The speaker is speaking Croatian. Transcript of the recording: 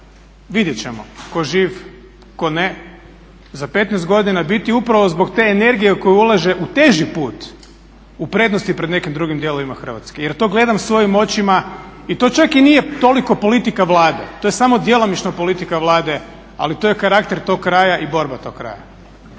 vidjet ćemo tko živ, tko ne, za 15 godina biti upravo zbog te energije koju ulaže u teži put u prednosti pred nekim drugim dijelovima Hrvatske. Jer to gledam svojim očima i to čak i nije toliko politika Vlade, to je samo djelomično politika Vlade, ali to je karakter tog kraja i borba tog kraja.